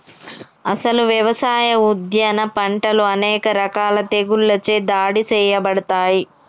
అసలు యవసాయ, ఉద్యాన పంటలు అనేక రకాల తెగుళ్ళచే దాడి సేయబడతాయి